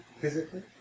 physically